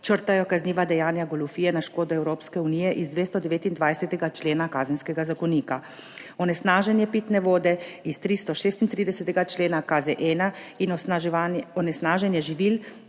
črtajo kazniva dejanja goljufije na škodo Evropske unije iz 229. člena Kazenskega zakonika, onesnaženje pitne vode iz 336. člena KZ-1 in onesnaženje živil